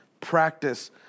practice